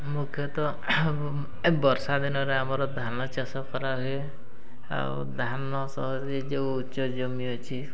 ମୁଖ୍ୟତଃ ବର୍ଷା ଦିନରେ ଆମର ଧାନ ଚାଷ କରାହୁଏ ଆଉ ଧାନ ସହ ଯେଉଁ ଉଚ୍ଚ ଜମି ଅଛି